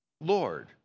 Lord